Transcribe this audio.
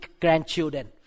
grandchildren